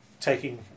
taking